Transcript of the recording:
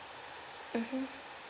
mmhmm